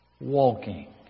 Walking